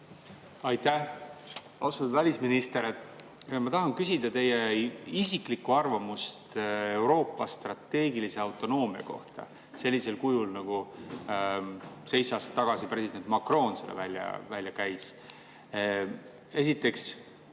Aitäh! Austatud välisminister! Ma tahan küsida teie isiklikku arvamust Euroopa strateegilise autonoomia kohta sellisel kujul, nagu seitse aastat tagasi president Macron selle välja käis. Esiteks,